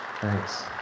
Thanks